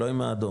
לא עם האדום,